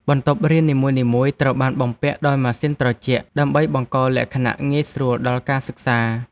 បន្ទប់រៀននីមួយៗត្រូវបានបំពាក់ដោយម៉ាស៊ីនត្រជាក់ដើម្បីបង្កលក្ខណៈងាយស្រួលដល់ការសិក្សា។